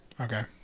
Okay